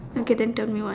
okay then tell me what